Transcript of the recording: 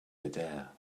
midair